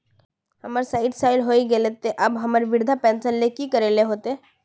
हमर सायट साल होय गले ते अब हमरा वृद्धा पेंशन ले की करे ले होते?